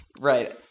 Right